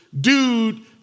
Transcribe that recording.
dude